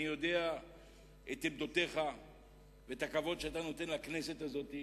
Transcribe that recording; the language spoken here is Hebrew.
אני מכיר את עמדותיך ואת הכבוד שאתה נותן לכנסת הזאת.